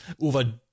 over